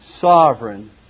sovereign